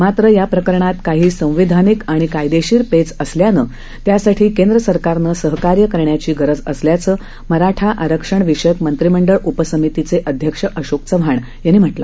मात्र या प्रकरणात काही संवैधानिक आणि कायदेशीर पेच असल्यानं त्यासाठी केंद्र सरकारनं सहकार्य करण्याची गरज असल्याचं मराठा आरक्षण विषयक मंत्रिमंडळ उपसमितीचे अध्यक्ष अशोक चव्हाण यांनी सांगितलं